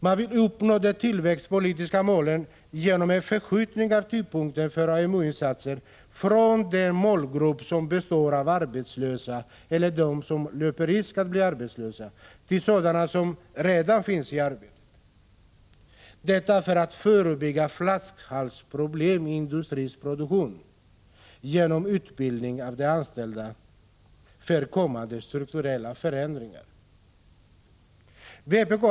Man vill uppnå de tillväxtpolitiska målen genom en förskjutning av tyngdpunkten för AMU-insatserna från den målgrupp som består av arbetslösa, eller av dem som löper risk att bli arbetslösa, till sådana som redan finns i arbete — detta för att genom utbildning av de anställda för kommande strukturella förändringar förebygga flaskhalsproblem i industrins produktion.